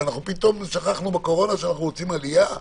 ופתאום שכחנו בקורונה שאנחנו רוצים עלייה.